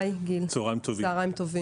צוהריים טובים.